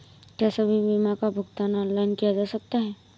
क्या सभी बीमा का भुगतान ऑनलाइन किया जा सकता है?